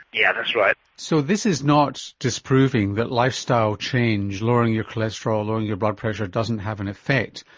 yeah that's right. so this is not disproving that lifestyle change lowering your cholesterol, lowering your blood pressure doesn't have an effect.